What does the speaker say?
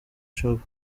shop